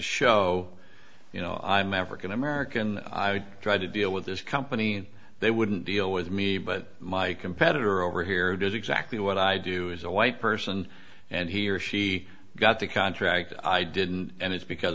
show you know i'm african american i would try to deal with this company they wouldn't deal with me but my competitor over here does exactly what i do as a white person and he or she got the contract i didn't and it's because